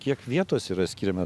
kiek vietos yra skiriama